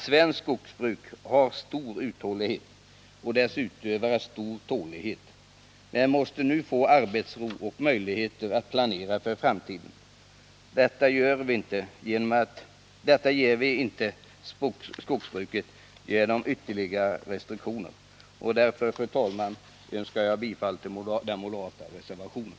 Svenskt skogsbruk har stor uthållighet och dess utövare stor tålighet men måste nu få arbetsro och möjligheter att planera för framtiden. Detta ger vi inte skogsbruket genom ytterligare restriktioner, och därför yrkar jag bifall till den moderata reservationen.